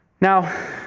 Now